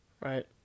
Right